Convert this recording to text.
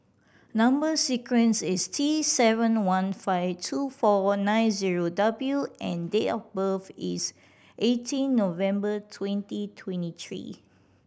number sequence is T seven one five two four one nine zero W and date of birth is eighteen November twenty twenty three